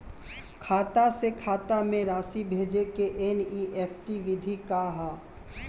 खाता से खाता में राशि भेजे के एन.ई.एफ.टी विधि का ह?